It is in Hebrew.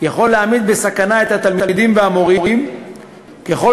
יכול להעמיד בסכנה את התלמידים והמורים ככל